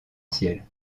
ciel